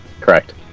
correct